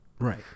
right